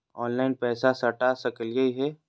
Online पैसा सटा सकलिय है?